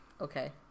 Okay